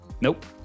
Nope